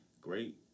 Great